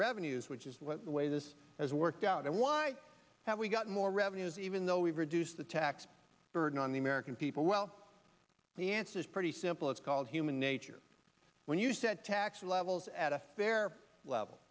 revenues which is the way this has worked out and why have we got more revenues even though we've reduced the tax burden on the american people well the answer is pretty simple it's called human nature when you set tax levels at a fair level